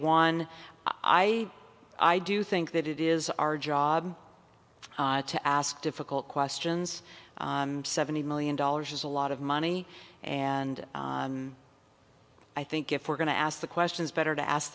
one i i do think that it is our job to ask difficult questions and seventy million dollars is a lot of money and i think if we're going to ask the questions better to ask